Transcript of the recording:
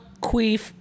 queef